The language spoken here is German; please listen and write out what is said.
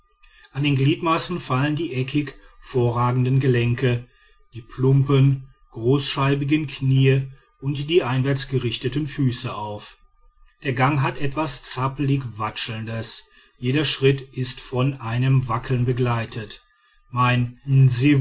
an den gliedmaßen fallen die eckig vorragenden gelenke die plumpen großscheibigen knie und die einwärts gerichteten füße auf der gang hat etwas zappelig watschelndes jeder schritt ist von einem wackeln begleitet mein